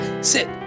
Sit